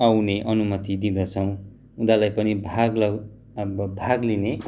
आउने अनुमति दिँदछौँ उनीहरूलाई पनि भाग लौ अब भाग लिने